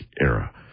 era